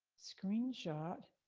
screen shot